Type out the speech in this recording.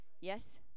Yes